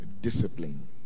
Discipline